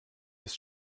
ist